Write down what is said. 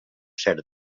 cert